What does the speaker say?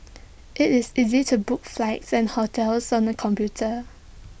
IT is easy to book flights and hotels on the computer